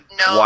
no